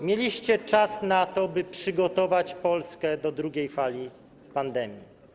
Mieliście czas na to, by przygotować Polskę do drugiej fali pandemii.